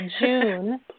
June